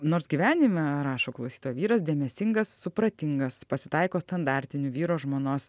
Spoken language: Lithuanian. nors gyvenime rašo klausytoja vyras dėmesingas supratingas pasitaiko standartinių vyro žmonos